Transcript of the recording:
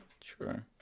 sure